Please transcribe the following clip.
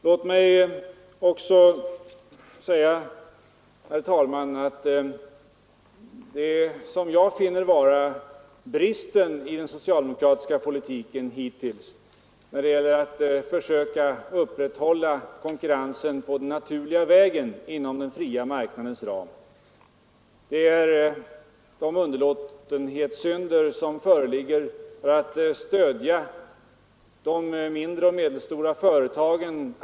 Låt mig också säga, herr talman, att det som jag finner vara bristen i den socialdemokratiska politiken hittills när det gäller att försöka upprätthålla konkurrensen på den naturliga vägen inom den fria marknadens ram är de underlåtenhetssynder som föreligger att stödja de mindre och medelstora företagen.